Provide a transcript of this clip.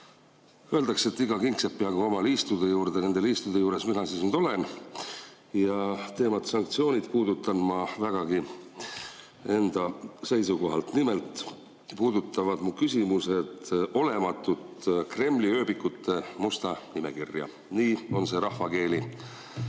Öeldakse, et iga kingsepp jäägu oma liistude juurde. Nende liistude juures mina nüüd olen ja teemat "Sanktsioonid" puudutan ma vägagi enda seisukohalt. Nimelt puudutavad mu küsimused olematut Kremli ööbikute musta nimekirja – nii on seda rahvakeeli